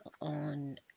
on